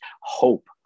hope